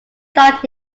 dog